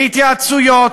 להתייעצויות,